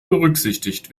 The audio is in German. berücksichtigt